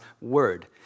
Word